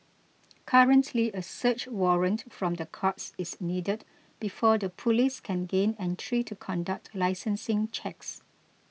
currently a search warrant from the courts is needed before the police can gain entry to conduct licensing checks